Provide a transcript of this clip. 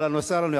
אהלן וסהלן.